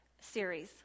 series